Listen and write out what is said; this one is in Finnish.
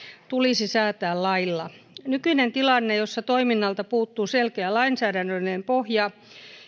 tulisi säätää lailla nykyinen tilanne jossa toiminnalta puuttuu selkeä lainsäädännöllinen pohja